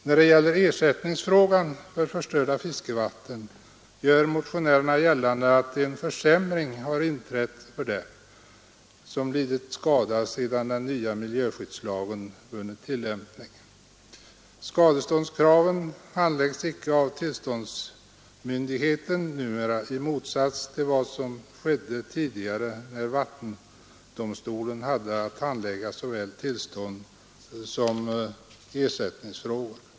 När det gäller ersättningsfrågan för förstörda fiskevatten gör motionärerna gällande att en försämring har inträtt för dem som lidit skada sedan den nya miljöskyddslagen vunnit tillämpning. Skadeståndskraven handläggs numera inte av tillståndsmyndigheten i motsats till vad som skedde tidigare, när vattendomstolarna hade att handlägga såväl tillståndsgivningen som ersättningsfrågan.